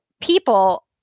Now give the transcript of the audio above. people